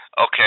okay